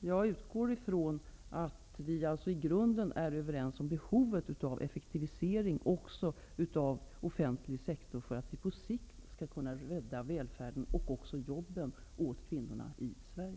jag utgår ifrån att vi i grunden är överens om behovet av effektivisering, även när det gäller den offentliga sektorn, för att vi på sikt skall kunna rädda välfärden och jobben åt kvinnorna i Sverige.